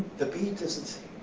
the beat. listen